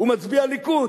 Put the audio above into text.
הוא מצביע ליכוד.